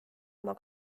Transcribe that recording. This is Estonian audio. oma